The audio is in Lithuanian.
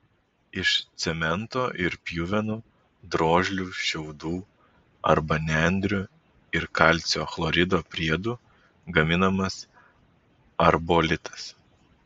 iš cemento ir pjuvenų drožlių šiaudų arba nendrių ir kalcio chlorido priedų gaminamas arbolitas